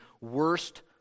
worst